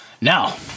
now